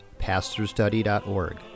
pastorstudy.org